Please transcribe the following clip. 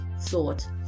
Thought